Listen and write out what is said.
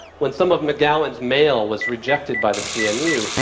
when some of mcgowan's mail was rejected by the cmu,